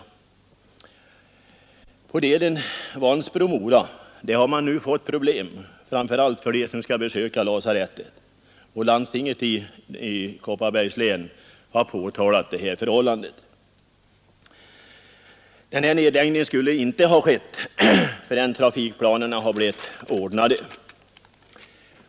a. på leden Vansbro—-Mora har man nu fått problem, framför allt för dem som skall besöka lasarettet, och landstinget i Kopparbergs län har påtalat detta förhållande. Nedläggningen skulle inte ha skett förrän trafikplaneringen blivit ordnad.